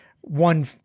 one